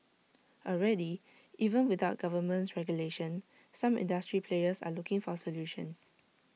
already even without government regulation some industry players are looking for solutions